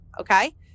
Okay